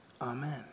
Amen